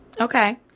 okay